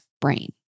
brain